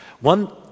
one